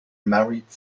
married